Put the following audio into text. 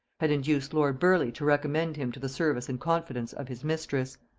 had induced lord burleigh to recommend him to the service and confidence of his mistress.